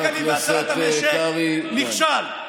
נכשל.